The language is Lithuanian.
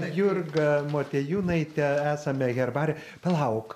jurga motiejūnaite esame herbar palauk